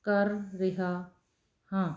ਕਰ ਰਿਹਾ ਹਾਂ